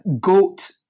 goat